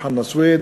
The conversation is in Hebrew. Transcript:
חנא סוייד.